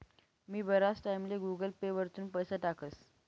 मी बराच टाईमले Google Pay वरथून पैसा टाकस